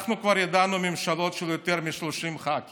אנחנו כבר ידענו ממשלות של יותר מ-30 שרים,